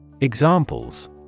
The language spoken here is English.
Examples